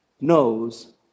knows